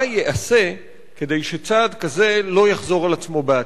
מה ייעשה כדי שצעד כזה לא יחזור על עצמו בעתיד?